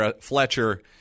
Fletcher